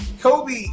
Kobe